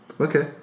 Okay